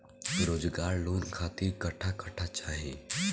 रोजगार लोन खातिर कट्ठा कट्ठा चाहीं?